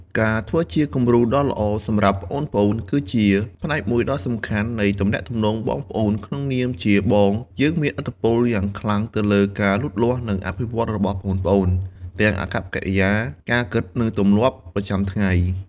ការធ្វើជាគំរូដ៏ល្អសម្រាប់ប្អូនៗ គឺជាផ្នែកមួយដ៏សំខាន់នៃទំនាក់ទំនងបងប្អូន ក្នុងនាមជាបង យើងមានឥទ្ធិពលយ៉ាងខ្លាំងទៅលើការលូតលាស់ និងការអភិវឌ្ឍរបស់ប្អូនៗ ទាំងអាកប្បកិរិយា ការគិត និងទម្លាប់ប្រចាំថ្ងៃ ។